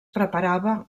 preparava